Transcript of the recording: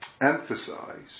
emphasize